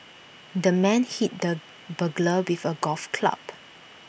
the man hit the burglar with A golf club